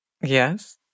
Yes